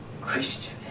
Christian